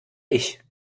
ich